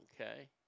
okay